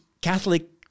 Catholic